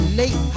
late